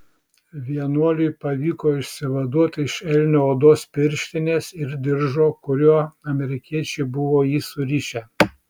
vienuoliui pavyko išsivaduoti iš elnio odos pirštinės ir diržo kuriuo amerikiečiai buvo jį surišę